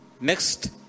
Next